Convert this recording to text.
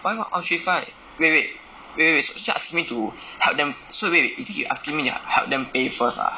why must one three five wait wait wait wait so so you asking me to help them so wait wait is it you asking me to help them pay first ah